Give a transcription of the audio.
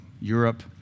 Europe